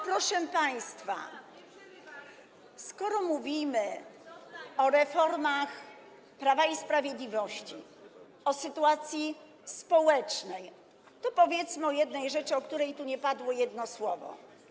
Proszę państwa, skoro mówimy o reformach Prawa i Sprawiedliwości, o sytuacji społecznej, to powiedzmy o jednej rzeczy, o której tu nie padło ani jedno słowo.